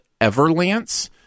Everlance